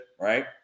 right